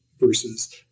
versus